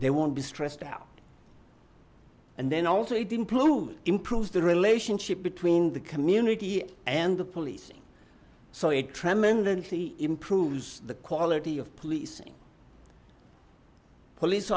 they won't be stressed out and then also it improves improves the relationship between the community and the policing so it tremendously improves the quality of policing police